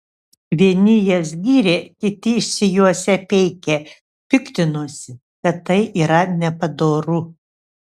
vieni jas gyrė kiti išsijuosę peikė piktinosi kad tai yra nepadoru